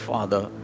Father